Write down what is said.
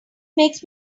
makes